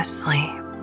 sleep